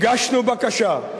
הגשנו בקשה.